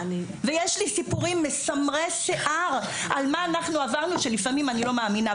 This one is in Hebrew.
ויש לי סיפורים מסמרי שיער על מה אנחנו עברנו שלפעמים אני לא מאמינה.